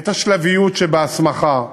את השלבים שבהסמכה.